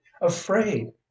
afraid